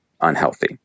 unhealthy